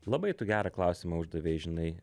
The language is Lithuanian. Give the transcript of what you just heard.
labai tu gerą klausimą uždavei žinai